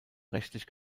rechtlich